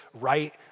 right